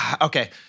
okay